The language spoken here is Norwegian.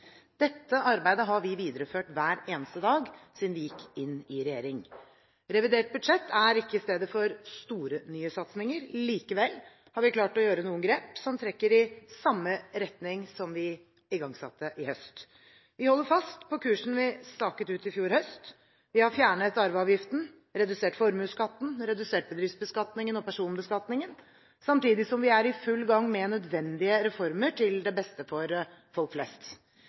Dette arbeidet har vi videreført hver eneste dag siden vi gikk inn i regjering. Revidert budsjett er ikke stedet for store nye satsinger. Likevel har vi klart å gjøre noen grep som trekker i samme retning som vi igangsatte i høst. Vi holder fast på kursen vi staket ut i fjor høst. Vi har fjernet arveavgiften, redusert formuesskatten, redusert bedriftsbeskatningen og personbeskatningen, samtidig som vi er i full gang med nødvendige reformer, til det beste for folk flest.